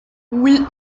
oui